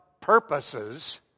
purposes